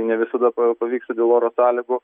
ne visada pavyksta dėl oro sąlygų